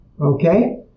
Okay